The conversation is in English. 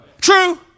True